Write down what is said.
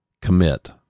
Commit